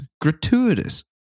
gratuitous